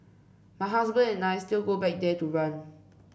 my husband and I still go back there to run